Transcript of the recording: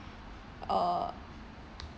uh